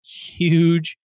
huge